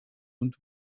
und